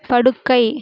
படுக்கை